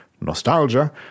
nostalgia